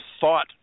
thought